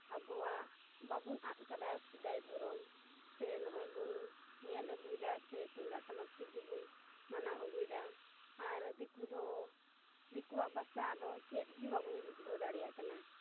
ᱟᱵᱚᱣᱟᱜ ᱵᱟᱵᱚᱱ ᱟᱫ ᱟᱠᱟᱫᱟ ᱥᱮᱫᱟᱭ ᱫᱷᱚᱨᱚᱢ ᱥᱮ ᱱᱚᱜᱼᱚᱭ ᱵᱚᱱ ᱧᱮᱞ ᱟᱹᱜᱩᱭᱫᱟ ᱥᱮ ᱛᱩᱢᱫᱟᱜ ᱴᱟᱢᱟᱠ ᱛᱮᱜᱮᱵᱚᱱ ᱢᱟᱱᱟᱣ ᱟᱹᱜᱩᱭᱫᱟ ᱟᱨ ᱫᱤᱠᱩ ᱫᱚ ᱫᱤᱠᱩᱣᱟᱜ ᱵᱷᱟᱥᱟ ᱫᱚ ᱪᱮᱫ ᱜᱮ ᱵᱟᱵᱚᱱ ᱵᱩᱡᱷᱟᱹᱣ ᱫᱟᱲᱮᱭᱟᱜ ᱠᱟᱱᱟ